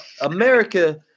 America